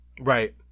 Right